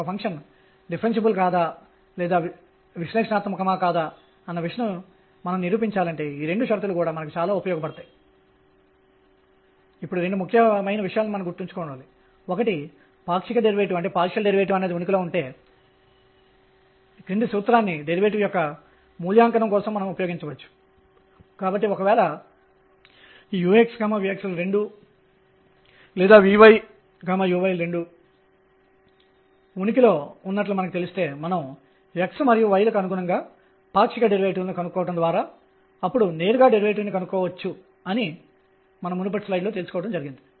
ఇప్పుడు n ϕ 2 అయితే అవి ఎలాంటి కక్ష్యలుగా ఉంటాయి ఇది తక్కువ ఎక్స్సెంట్రిసిటీ ను కలిగి ఉంటే అది వృత్తాకార కక్ష్య కావచ్చు n ϕ 1 యాంగులర్ మొమెంటం తక్కువగా ఉంటే ఇది ఎలిప్టికల్ దీర్ఘవృత్తాకార కక్ష్య కావచ్చు